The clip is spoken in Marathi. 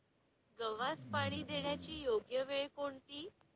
गव्हास पाणी देण्याची योग्य वेळ कोणती?